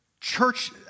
church